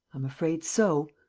i'm afraid so.